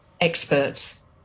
experts